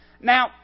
Now